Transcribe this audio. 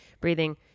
breathing